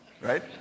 Right